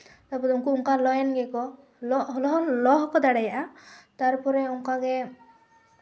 ᱛᱟᱨᱯᱚᱨᱮ ᱩᱱᱠᱩ ᱚᱱᱠᱟ ᱞᱚᱭᱮᱱ ᱜᱮᱠᱚ ᱞᱚ ᱦᱚᱸᱠᱚ ᱫᱟᱲᱮᱭᱟᱜᱼᱟ ᱛᱟᱨᱯᱚᱨᱮ ᱚᱱᱠᱟᱜᱮ